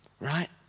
right